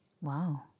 Wow